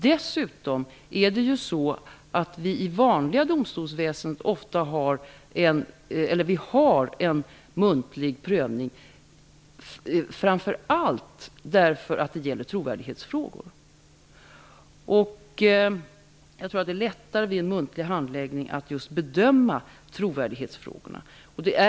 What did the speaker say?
Dessutom har vi ofta i det vanliga domstolsväsendet en muntlig prövning, framför allt för att det gäller trovärdighetsfrågor. Det är lättare att just bedöma trovärdighetsfrågorna vid en muntlig handläggning.